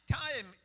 time